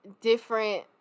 different